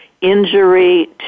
injury